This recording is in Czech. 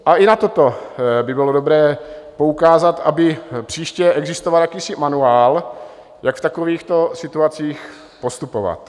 A i na toto by bylo dobré poukázat, aby příště existoval jakýsi manuál, jak v takovýchto situacích postupovat.